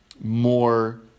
more